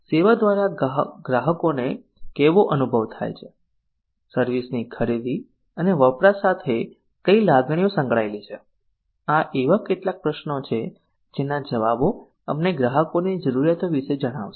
સેવા દ્રારા ગ્રાહકોને કેવો અનુભવ થાય છે સર્વિસ ની ખરીદી અને વપરાશ સાથે કઈ લાગણીઓ સંકળાયેલી છે આ એવા કેટલાક પ્રશ્નો છે જેના જવાબો અમને ગ્રાહકોની જરૂરિયાતો વિશે જણાવશે